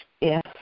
Yes